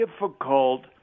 difficult